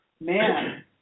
man